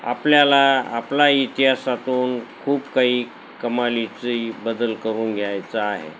आपल्याला आपला इतिहासातून खूप काही कमालीचा बदल करून घ्यायचा आहे